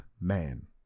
man